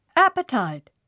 Appetite